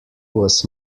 was